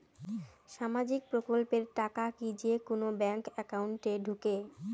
সামাজিক প্রকল্পের টাকা কি যে কুনো ব্যাংক একাউন্টে ঢুকে?